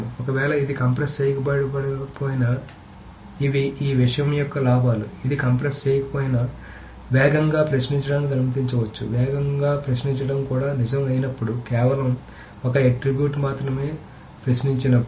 ఒకవేళ ఇది కంప్రెస్ చేయబడకపోయినా ఇవి ఈ విషయం యొక్క లాభాలు ఇది కంప్రెస్ చేయకపోయినా వేగంగా ప్రశ్నించడాన్ని అనుమతించవచ్చు వేగంగా ప్రశ్నించడం కూడా నిజం అయినప్పుడు కేవలం ఒక ఆట్రిబ్యూట్ ని మాత్రమే ప్రశ్నించినప్పుడు